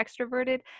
extroverted